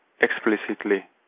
explicitly